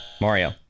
Mario